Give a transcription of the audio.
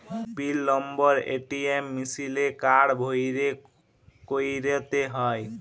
পিল number ATM মিশিলে card ভ্যইরে ক্যইরতে হ্যয়